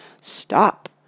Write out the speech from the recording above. Stop